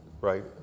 right